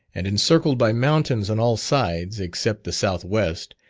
and encircled by mountains on all sides, except the south-west,